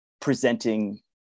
presenting